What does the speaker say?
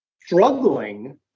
struggling